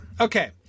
Okay